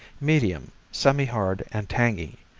medium, semihard and tangy,